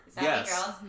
yes